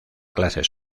clases